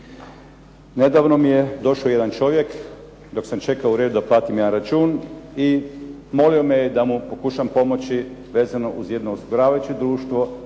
Nedavno mi je došao čovjek dok sam čekao u redu da platim jedan račun i molio me je da mu pokušam pomoći vezano uz jedno osiguravajuće društvo